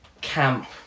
camp